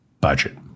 budget